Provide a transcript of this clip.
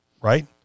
right